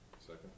Second